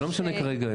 זה לא משנה כרגע.